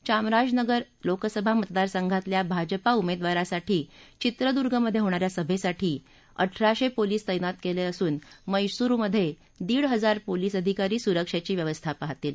चामराजनगर लोकसभा मतदार संघातल्या भाजपा उमेदवारासाठी चित्रदुर्गमधे होणा या सभेसाठी अठराशे पोलीस तैनात केले असून मैसुरमधे दीड हजार पोलीस अधिकारी सुरक्षेची व्यवस्था पाहतील